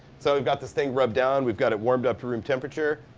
so we've got this thing rubbed down, we've got it warmed up to room temperature.